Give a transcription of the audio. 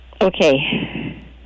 Okay